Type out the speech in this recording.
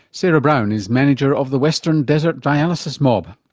sarah brown is manager of the western desert dialysis mob